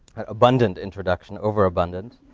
an abundant introduction, overabundant.